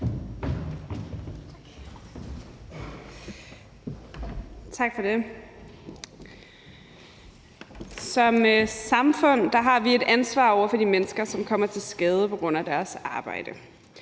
Som samfund har vi et ansvar over for de mennesker, som kommer til skade på grund af deres arbejde.